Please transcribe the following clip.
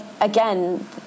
again